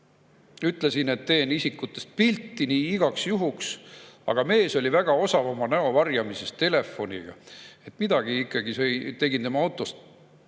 ütles, et teeb isikutest pilti, nii igaks juhuks, aga mees oli väga osav oma näo varjamises telefoniga. Ikkagi tegi [Raivo